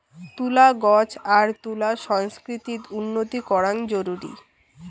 তুলা গছ আর তুলা সংস্কৃতিত উন্নতি করাং জরুরি